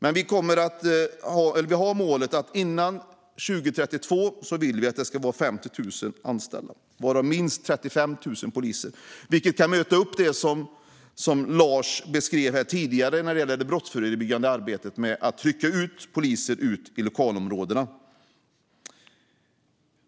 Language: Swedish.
Vårt mål är att det före 2032 ska vara 50 000 anställda, varav minst 35 000 poliser, för att möta det som Lars beskrev här tidigare när det gäller det brottsförebyggande arbetet och att trycka ut poliser i lokalområdena.